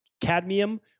cadmium